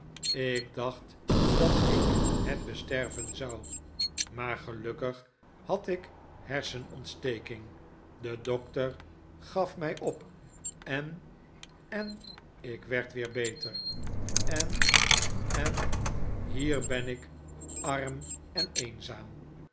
ik dacht dat ik het besterven zou maar gelukkig had ik hersenontsteking de dokter gaf mij op en en ik werd weer beter en en hier ben ik arm en eenzaam